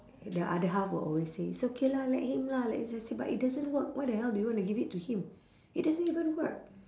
the other half will always say it's okay lah let him lah but it doesn't work why the hell do you want to give it to him it doesn't even work